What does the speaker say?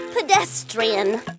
pedestrian